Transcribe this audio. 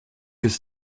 ist